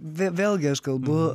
vėlgi aš kalbu